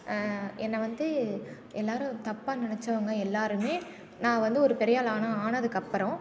என்னை வந்து எல்லாரும் தப்பா நினச்சவங்க எல்லாருமே நான் வந்து ஒரு பெரியாளாக ஆனால் ஆனதுக்கப்புறம்